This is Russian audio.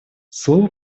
слово